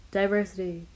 diversity